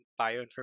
bioinformatics